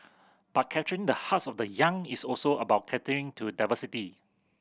but capturing the hearts of the young is also about catering to diversity